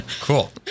cool